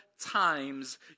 times